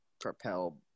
propel